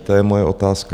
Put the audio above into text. To je moje otázka.